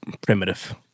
primitive